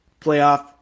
playoff